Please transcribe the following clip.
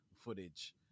footage